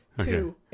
Two